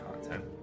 content